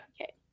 Okay